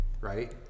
right